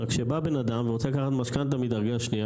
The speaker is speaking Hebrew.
רק שבא בן אדם ורוצה לקחת משכנתה מדרגה שנייה,